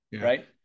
right